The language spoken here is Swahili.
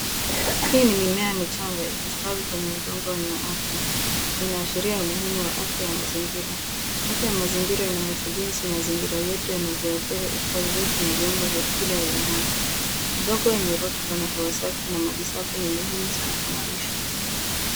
Hii ni mimea michanga ikistawi kwenye udongo wenye afya. Inaashria umuhimu wa afya ya mazingira. Afya ya mazingira inahusu jinsi mazingira yetu yanavyohadhiri ustawi wetu na viumbe vingine vyenye hai. Udongo wenye rutuba na hewa safi na maji safi ni muhimu sana kwa maisha.